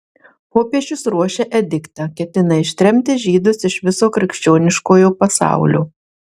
popiežius ruošia ediktą ketina ištremti žydus iš viso krikščioniškojo pasaulio